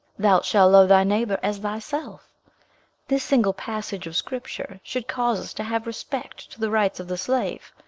thou shalt love thy neighbour as thyself this single passage of scripture should cause us to have respect to the rights of the slave.